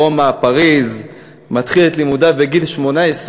רומא, פריז מתחיל את לימודיו בגיל 18,